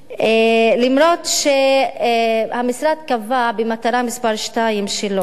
אף שהמשרד קבע במטרה מס' 2 שלו,